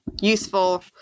useful